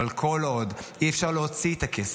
אבל כל עוד אי-אפשר להוציא את הכסף,